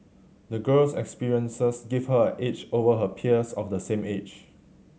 the girl's experiences gave her an edge over her peers of the same age